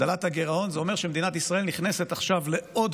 הגדלת הגירעון זה אומר שמדינת ישראל נכנסת עכשיו לעוד